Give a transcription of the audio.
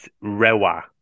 Rewa